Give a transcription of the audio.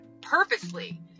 purposely